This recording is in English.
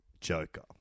Joker